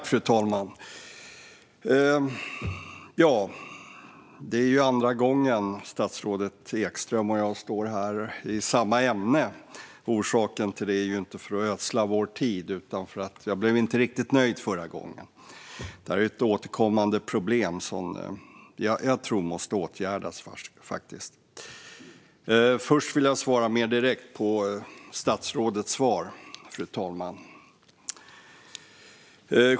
Fru talman! Det här är andra gången som statsrådet Ekström och jag debatterar samma ämne. Orsaken är inte att ödsla vår tid, utan för att jag inte blev riktigt nöjd förra gången. Det här är ett återkommande problem som jag faktiskt tror måste åtgärdas. Först vill jag mer direkt bemöta statsrådets svar, fru talman.